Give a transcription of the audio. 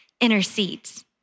intercedes